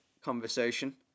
conversation